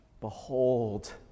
Behold